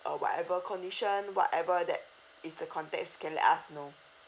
uh whatever condition whatever that is the context you can let us know